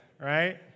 right